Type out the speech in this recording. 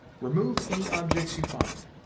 remove any objects you find.